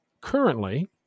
currently